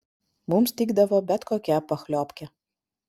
mums tikdavo bet kokia pachliobkė